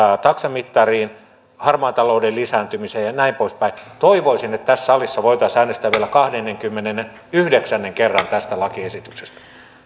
taksamittariin harmaan talouden lisääntymiseen ja näin poispäin toivoisin että tässä salissa voitaisiin äänestää vielä kahdennenkymmenennenyhdeksän kerran tästä lakiesityksestä